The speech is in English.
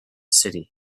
city